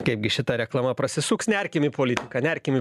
kaipgi šita reklama prasisuks nerkim į politiką nerkim į